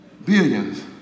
Billions